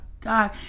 God